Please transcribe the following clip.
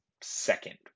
second